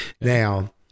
Now